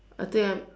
I think I'm